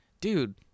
dude